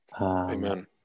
Amen